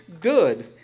good